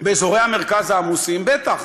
באזורי המרכז העמוסים בטח.